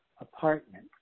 apartment